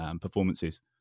performances